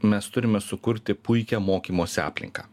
mes turime sukurti puikią mokymosi aplinką